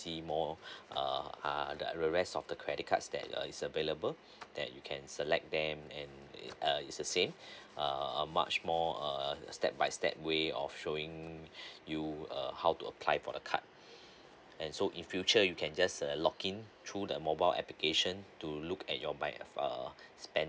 see more uh uh the rest of the credit cards that uh is available that you can select them and uh is the same uh much more err step by step way of showing you err how to apply for the card and so in future you can just uh log in through the mobile application to look at your like err spending